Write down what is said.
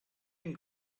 and